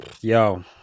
Yo